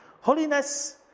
Holiness